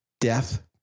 death